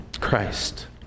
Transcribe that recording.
Christ